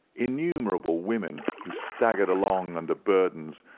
innumerable women who staggered along under burdens,